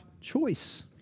choice